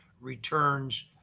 returns